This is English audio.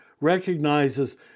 recognizes